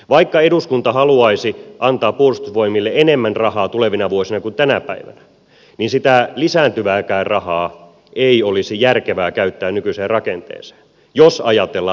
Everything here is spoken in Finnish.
vaikka eduskunta haluaisi antaa puolustusvoimille enemmän rahaa tulevina vuosina kuin tänä päivänä niin sitä lisääntyvääkään rahaa ei olisi järkevää käyttää nykyiseen rakenteeseen jos ajatellaan maanpuolustusta